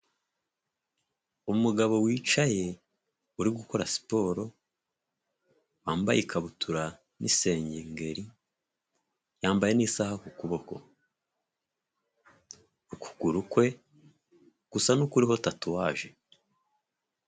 Umugabo wicaye uri gukora siporo wambaye ikabutura n'isengeri ya n'isaha k'ukuboko ukuguru kwe gusa kuri tatuwaje.